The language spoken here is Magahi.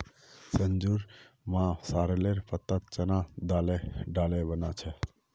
संजूर मां सॉरेलेर पत्ताक चना दाले डाले बना छेक